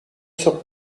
seurt